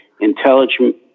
intelligent